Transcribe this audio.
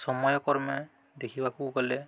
ସମୟ କ୍ରମେ ଦେଖିବାକୁ ଗଲେ